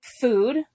food